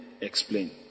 explain